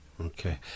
Okay